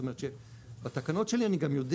זאת אומרת שבתקנות שלי אני גם יודע